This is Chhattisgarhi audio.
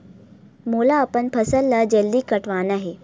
मोला अपन फसल ला जल्दी कटवाना हे?